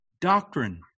Doctrine